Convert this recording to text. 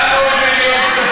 איפה הייתם לפני שלוש שנים?